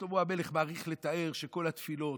ושלמה המלך מאריך לתאר: כל התפילות,